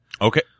Okay